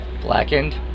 Blackened